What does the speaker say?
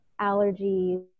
allergies